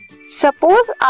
Suppose